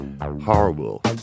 horrible